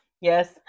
Yes